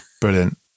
brilliant